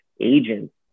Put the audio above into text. agents